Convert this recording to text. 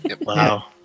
Wow